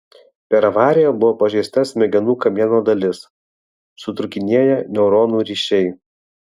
per avariją buvo pažeista smegenų kamieno dalis sutrūkinėję neuronų ryšiai